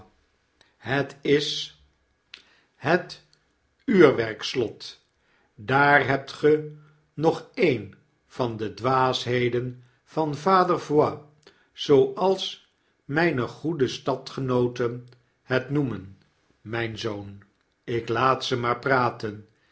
het is het uurwerkslot daar hebt ge nog een van n de dwaasheden van vader voigt zooals mijne goede stadgenooten het noemen mijn zoon ik laat ze maar praten